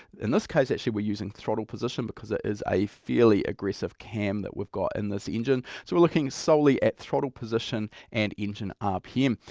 in this case actually we're using throttle position because it is a fairly aggressive cam that we've got in this engine. so we're looking solely at throttle position and engine rpm.